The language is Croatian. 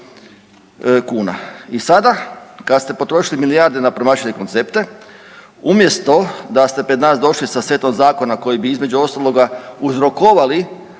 I sada kad ste potrošili milijarde na promašene koncepte umjesto da ste pred nas došli sa setom zakona koji bi između ostaloga uzrokovali